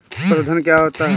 पशुधन क्या होता है?